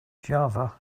java